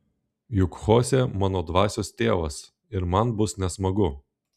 juk chosė mano dvasios tėvas ir man bus nesmagu